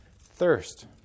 Thirst